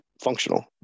functional